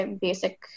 basic